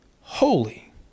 holy